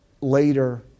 later